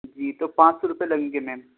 جی تو پانچ سو روپئے لگیں گے میم